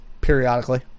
periodically